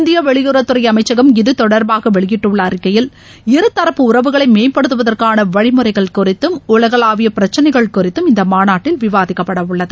இந்திய வெளியுறவுத் துறை அமைச்சகம் இது தொடர்பாக வெளியிட்டுள்ள அறிக்கையில் இரு தரப்பு உறவுகளை மேம்படுத்துவதற்கான வழிமுறைகள் குறித்தும் உலகளாவிய பிரச்னைகள் குறித்தும் இந்த மாநாட்டில் விவாதிக்கப்பட உள்ளது